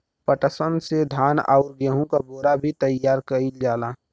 पटसन से धान आउर गेहू क बोरा भी तइयार कइल जाला